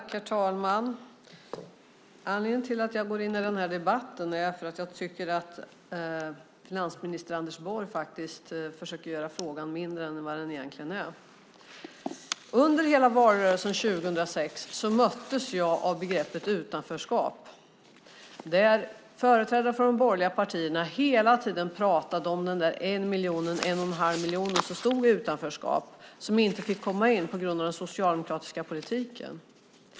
Herr talman! Anledningen till att jag går in i debatten är att jag tycker att finansminister Anders Borg försöker att göra frågan mindre än vad den egentligen är. Under hela valrörelsen 2006 möttes jag av begreppet utanförskap. Företrädarna för de borgerliga partierna pratade hela tiden om de en miljon, en och en halv miljon människor som stod utanför och inte fick komma in på grund av den socialdemokratiska politiken.